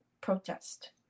protest